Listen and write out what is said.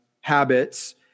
habits